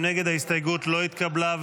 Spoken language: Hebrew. ההסתייגות לא התקבלה.